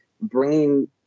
bringing